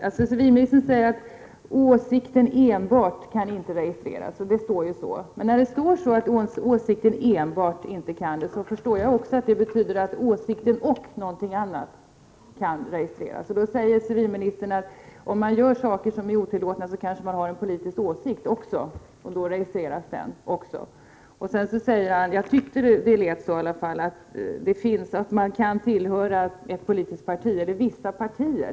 Herr talman! Jag vill återkomma till detta varför man blir registrerad. Civilministern säger att enbart åsikten inte kan registreras. Jag förstår att det också betyder att åsikten och någonting annat kan registreras. Då säger civilministern att den som gör saker som är otillåtna kanske har en politisk åsikt, och då registreras den också. Sedan säger civilministern att man kan tillhöra ett politiskt parti eller vissa partier.